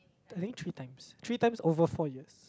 I think three times three times over four years